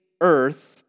earth